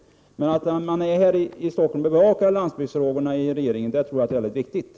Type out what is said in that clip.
Jag tror att det är mycket viktigt att man här i Stockholm bevakar glesbygdsfrågorna.